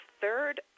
third